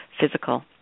physical